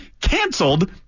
canceled